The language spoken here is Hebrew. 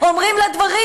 אומרים לה דברים,